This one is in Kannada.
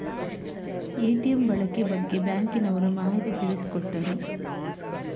ಎ.ಟಿ.ಎಂ ಬಳಕೆ ಬಗ್ಗೆ ಬ್ಯಾಂಕಿನವರು ಮಾಹಿತಿ ತಿಳಿಸಿಕೊಟ್ಟರು